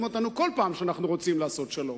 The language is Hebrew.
אותנו כל פעם שאנחנו רוצים לעשות שלום.